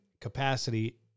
capacity